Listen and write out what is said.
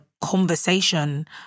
conversation